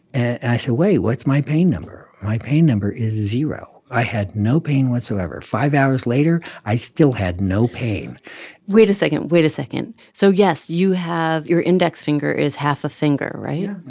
i said, wait. what's my pain number? my pain number is zero. i had no pain whatsoever. five hours later, i still had no pain wait a second. wait a second. so yes, you have your index finger is half a finger, right?